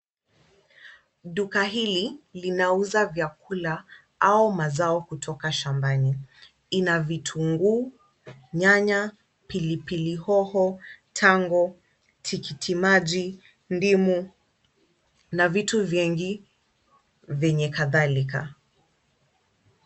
Duka hili linauza vyakula au mazao kutoka shambani. Ina vitunguu, nyanya, pilipili hoho, tango, tikitiki maji, ndimu na vitu vingi vyenye kadhalika.